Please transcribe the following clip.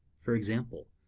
for example,